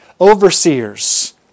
overseers